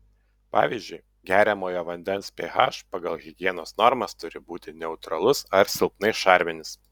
pavyzdžiui geriamojo vandens ph pagal higienos normas turi būti neutralus ar silpnai šarminis